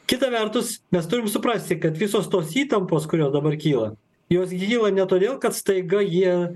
kita vertus mes turim suprasti kad visos tos įtampos kurios dabar kyla jos gi kyla ne todėl kad staiga jie